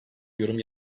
yorum